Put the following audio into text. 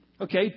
okay